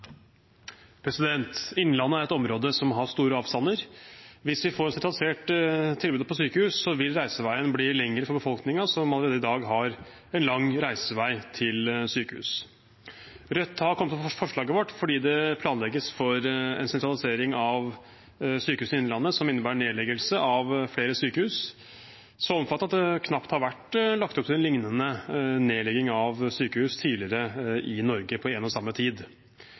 Innlandet er et område som har store avstander. Hvis vi får sentralisert tilbudet på sykehus, vil reiseveien bli lengre for befolkningen som allerede i dag har en lang reisevei til sykehus. Rødt har kommet med forslaget sitt fordi det planlegges for en sentralisering av sykehusene i Innlandet som innebærer en nedlegging av flere sykehus som er så omfattende at det knapt har vært lagt opp til en lignende nedlegging av sykehus tidligere i Norge på én og samme tid.